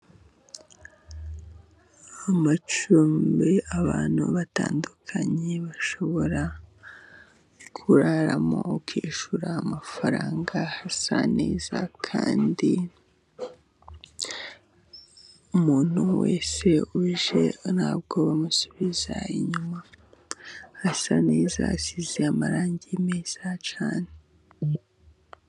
Amacumbi abantu batandukanye bashobora kuraramo ukishura amafaranga, hasa neza kandi umuntu wese uje ntabwo bamusubiza inyuma, hasa neza hasize amarangi meza cyane.